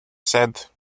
said